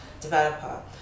developer